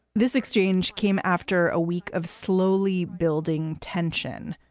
this exchange came after a week of slowly building tension.